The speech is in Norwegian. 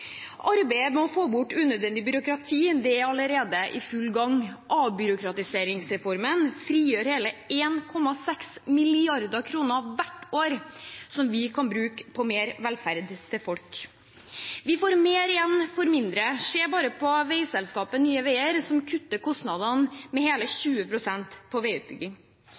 Arbeidet med å få bort unødvendig byråkrati er allerede i full gang. Avbyråkratiseringsreformen frigjør hele 1,6 mrd. kr hvert år som vi kan bruke på mer velferd til folk. Vi får mer igjen for mindre. Se bare på veiselskapet Nye Veier, som kutter kostnadene med hele 20 pst. på veiutbygging.